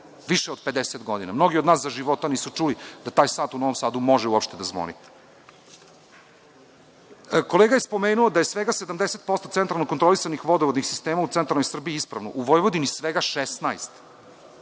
više od 50 godina. Mnogi od nas za života nisu čuli da taj sat može da zvoni. Kolega je spomenuo da je svega 70% centralno kontrolisanih vodovodnih sistema u centralnoj Srbiji ispravno. U Vojvodini svega 16.